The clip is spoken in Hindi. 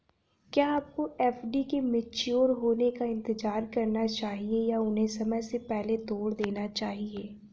क्या आपको एफ.डी के मैच्योर होने का इंतज़ार करना चाहिए या उन्हें समय से पहले तोड़ देना चाहिए?